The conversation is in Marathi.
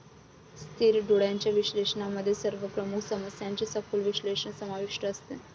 स्थिर डोळ्यांच्या विश्लेषणामध्ये सर्व प्रमुख समस्यांचे सखोल विश्लेषण समाविष्ट असते